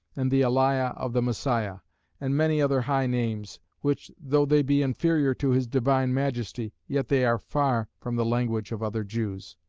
and the eliah of the messiah and many other high names which though they be inferior to his divine majesty, yet they are far from the language of other jews.